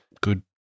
good